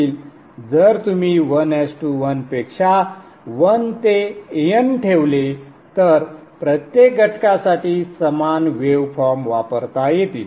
जर तुम्ही 1 1 पेक्षा 1 ते N ठेवले तर प्रत्येक घटकासाठी समान वेव फॉर्म वापरता येतील